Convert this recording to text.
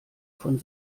von